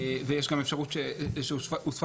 ויש גם אפשרות שהוספה